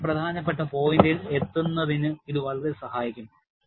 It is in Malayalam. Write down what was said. വളരെ പ്രധാനപ്പെട്ട പോയിന്റിൽ എത്തുന്നതിനു ഇത് വളരെ സഹായിക്കും